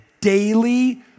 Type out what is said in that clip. daily